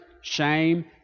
shame